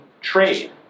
trade